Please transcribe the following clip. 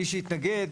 מי שהתנגד,